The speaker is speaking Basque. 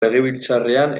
legebiltzarrean